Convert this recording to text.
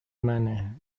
منه